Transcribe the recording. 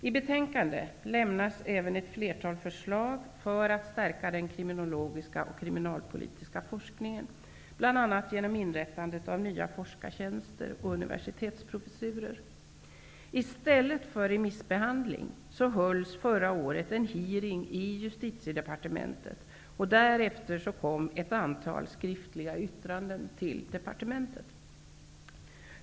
I betänkandet lämnas även ett flertal förslag för att stärka den kriminologiska och kriminalpolitiska forskningen, bl.a. genom inrättandet av nya forskartjänster och universitetsprofessurer. I stället för remissbehandling genomfördes förra året en hearing i Justitiedepartementet, och därefter kom ett antal skriftliga yttranden till departementet.